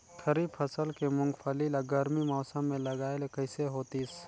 खरीफ फसल के मुंगफली ला गरमी मौसम मे लगाय ले कइसे होतिस?